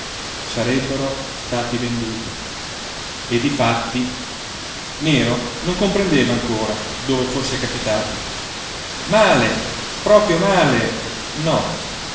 sarebbero stati venduti e difatti nero non comprendeva ancora dove fosse capitato male proprio male no